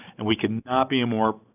and we cannot be more,